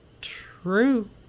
true